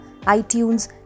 iTunes